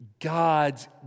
God's